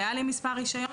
היה לי מספר רישיון,